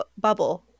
bubble